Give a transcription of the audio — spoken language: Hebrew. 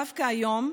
דווקא היום,